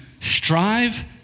strive